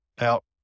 out